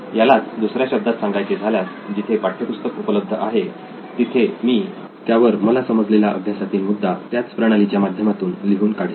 यालाच दुसर्या शब्दात सांगायचे झाल्यास जिथे पाठ्यपुस्तक उपलब्ध आहे तिथे मी त्यावर मला समजलेला अभ्यासातील मुद्दा त्याच प्रणालीच्या माध्यमातून लिहून काढेल